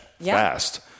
fast